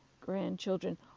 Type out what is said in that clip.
grandchildren